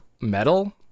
metal